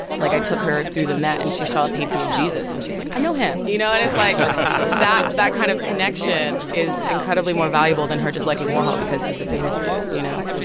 like, i took her through the met. and she saw a painting of jesus, and she's like, i know him, you know? and it's like that kind of connection is incredibly more valuable than her just liking warhol because he's a famous dude, you know?